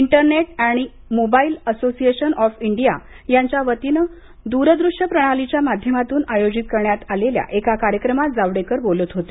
internet and mobile association of इंडियाच्या वतीनं दूरदृश्य प्रणालीच्या माध्यमातून आयोजित करण्यात आलेल्या एका कार्यक्रमात जावडेकर बोलत होते